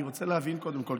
אני רוצה להבין קודם כול,